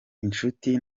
inshuti